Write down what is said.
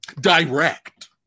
Direct